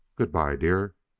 good-by, dear